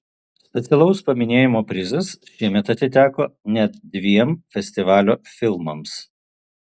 specialaus paminėjimo prizas šiemet atiteko net dviem festivalio filmams